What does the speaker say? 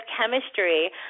chemistry